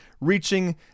reaching